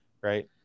right